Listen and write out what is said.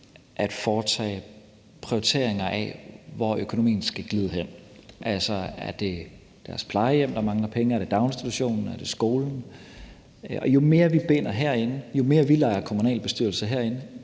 at foretage prioriteringer af, hvor økonomien skal glide hen. Altså, er det deres plejehjem, der mangler penge? Er det daginstitutionen? Er det skolen? Og jo mere vi binder det herindefra, jo mere vi leger kommunalbestyrelse herinde,